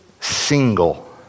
single